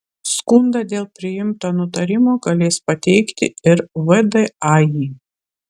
skundą dėl priimto nutarimo galės pateikti ir vdai